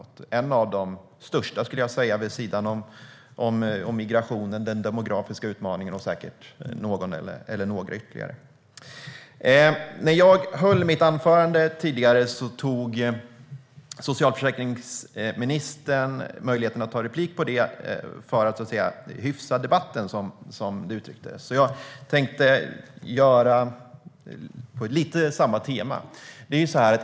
Det är en av de största utmaningarna, skulle jag säga, vid sidan om migrationen, den demografiska utmaningen och säkert någon eller några ytterligare. När jag höll mitt huvudanförande tog socialförsäkringsministern möjligheten att ta replik på det för att hyfsa debatten, som det uttrycktes. Jag tänkte anknyta till samma tema.